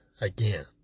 again